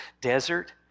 desert